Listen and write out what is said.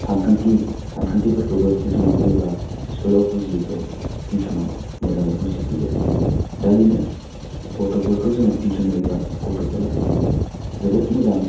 सानखान्थि सानखान्थिफोरखौबो टिउसनाव फैयोबा स्कुलाव बुजियैखौ टिउसनाव मोजाङै बुजिफैयो दा बेनो गथ'फोरखौ जोङो टिउसन होयोबा गथ'फोरा जोबोद मोजां